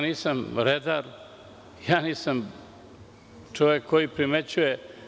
Nisam redar i nisam čovek koji primećuje.